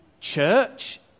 church